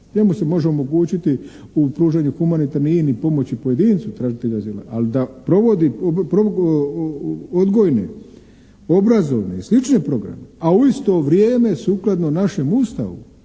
Njemu se može omogućiti u pružanju humanitarnih i inih pomoći pojedincu tražitelja azila, ali da provodi odgojne, obrazovne i slične programe, a u isto vrijeme sukladno našem Ustavu